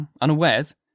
unawares